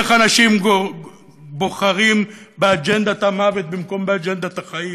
איך אנשים בוחרים באג'נדת המוות במקום באג'נדת החיים?